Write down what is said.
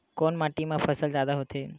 कोन माटी मा फसल जादा होथे?